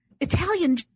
Italian